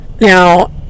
Now